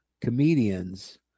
comedians